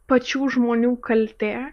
pačių žmonių kaltė